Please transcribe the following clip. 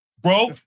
Bro